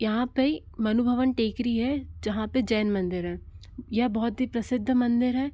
यहाँ पर मनुभवन टेकरी है जहाँ पर जैन मंदिर है यह बहुत ही प्रसिद्ध मंदिर है